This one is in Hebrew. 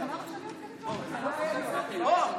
כבוד היושב-ראש,